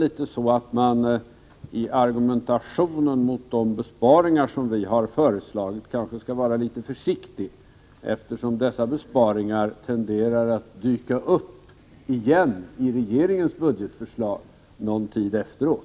I argumentationen mot de besparingar som vi har föreslagit kanske man skall vara litet försiktig, eftersom dessa besparingar tenderar att dyka upp igen i regeringens budgetförslag någon tid efteråt.